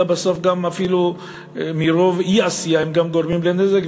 אלא בסוף גם אפילו מרוב אי-עשייה הן גם גורמות נזק.